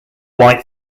white